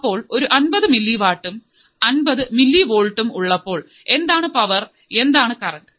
അപ്പോൾ ഒരു അൻപത് മില്ലി വാട്ടും അൻപത് മില്ലി വോൾട്ടും ഉള്ളപ്പോൾ എന്താണ് പവർ എന്താണ് കറൻറ്